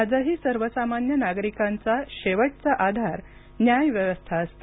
आजही सर्वसामान्य नागरिकांचा शेवटचा आधार न्याय व्यवस्था असते